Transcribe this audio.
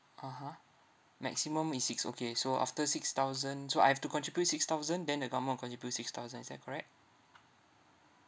(uh huh) maximum is six okay so after six thousand so I've to contribute six thousand then the government will contribute six thousand is that correct